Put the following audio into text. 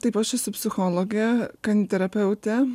taip aš esu psichologė kaniterapeutė